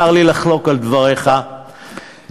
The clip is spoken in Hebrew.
צר לי לחלוק על דבריך ובהיותך,